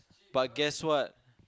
but guess what